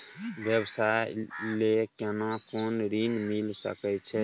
व्यवसाय ले केना कोन ऋन मिल सके छै?